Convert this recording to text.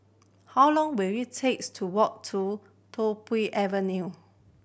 how long will it takes to walk to Tiong Poh Avenue